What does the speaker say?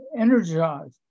energized